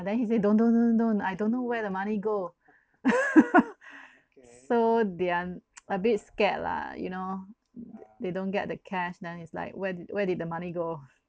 then he say don't don't don't don't don't I don't know where the money go so they are a bit scared lah you know they don't get the cash then it's like where did where did the money go